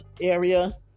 area